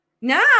Now